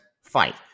fight